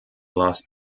lost